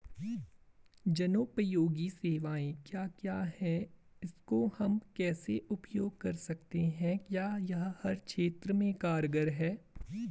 जनोपयोगी सेवाएं क्या क्या हैं इसको हम कैसे उपयोग कर सकते हैं क्या यह हर क्षेत्र में कारगर है?